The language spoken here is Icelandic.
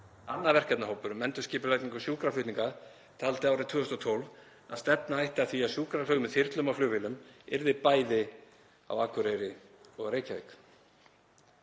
Annar verkefnahópur um endurskipulagningu sjúkraflutninga taldi árið 2012 að stefna ætti að því að sjúkraflug með þyrlum og flugvélum yrði bæði á Akureyri og í Reykjavík.